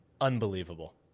Unbelievable